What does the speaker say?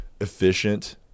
efficient